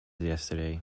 yesterday